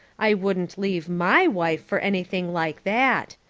i wouldn't leave my wife for anything like that.